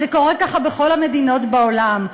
זה קורה ככה בכל המדינות בעולם.